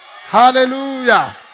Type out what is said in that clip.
Hallelujah